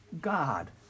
God